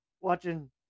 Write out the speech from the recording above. watching